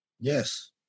Yes